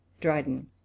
Dryden